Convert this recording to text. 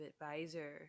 advisor